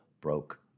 broke